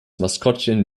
maskottchen